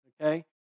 okay